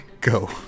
go